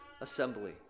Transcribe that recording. assembly